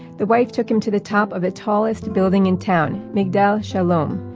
the wife took him to the top of the tallest building in town, migdal shalom,